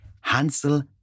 Hansel